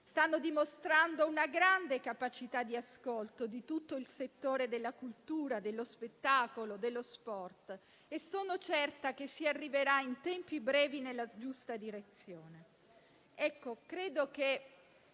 stanno dimostrando una grande capacità di ascolto di tutto il settore della cultura, dello spettacolo e dello sport. Sono certa che si arriverà in tempi brevi alla giusta soluzione.